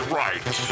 right